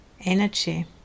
energy